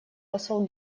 посол